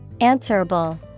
Answerable